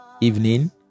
evening